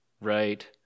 Right